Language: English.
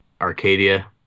Arcadia